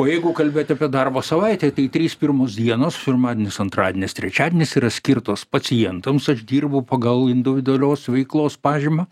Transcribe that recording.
o jeigu kalbėt apie darbo savaitę tai trys pirmos dienos pirmadienis antradienis trečiadienis yra skirtos pacientams aš dirbu pagal individualios veiklos pažymą